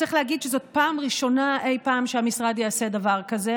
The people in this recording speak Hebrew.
צריך להגיד שזאת פעם ראשונה אי פעם שהמשרד יעשה דבר כזה,